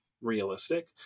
realistic